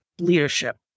leadership